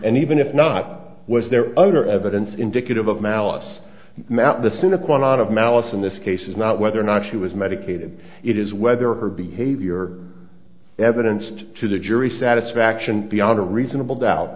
and even if not was there other evidence indicative of malice map the cynic one of malice in this case is not whether or not she was medicated it is whether her behavior evidence to the jury satisfaction beyond a reasonable doubt